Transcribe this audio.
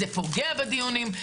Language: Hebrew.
זה פוגע בדיונים,